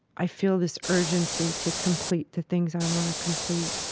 i feel this urgency to complete the things i want to complete.